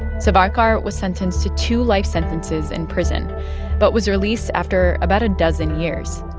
savarkar was sentenced to two life sentences in prison but was released after about a dozen years.